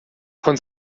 von